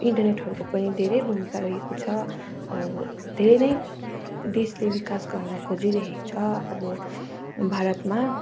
इन्टरनेटहरूको पनि धेरै भूमिका रहेको छ अब धेरै नै देशले विकास गर्न खोजिरहेको छ अब भारतमा